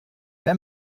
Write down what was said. wer